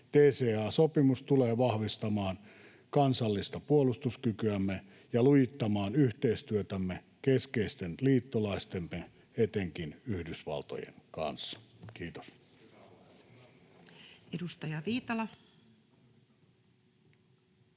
DCA-sopimus tulee vahvistamaan kansallista puolustuskykyämme ja lujittamaan yhteistyötämme keskeisten liittolaistemme, etenkin Yhdysvaltojen kanssa. — Kiitos. [Speech 59]